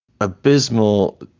abysmal